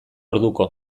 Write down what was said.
orduko